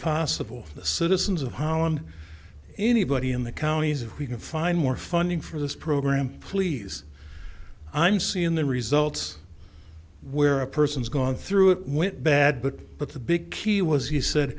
possible for the citizens of holland anybody in the counties if we can find more funding for this program please i'm seeing the results where a person's gone through it went bad but but the big key was he said